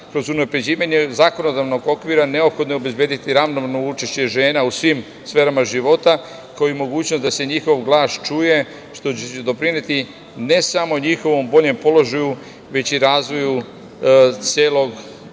unapređivanje zakonodavnog okvira neophodno je obezbediti ravnopravno učešće žena u svim sferama života, kao i mogućnost da se njihov glas čuje, što će doprineti ne samo njihovom boljem položaju već i razvoju čitavog